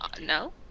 no